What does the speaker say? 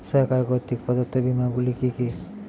সরকার কর্তৃক প্রদত্ত বিমা গুলি কি কি?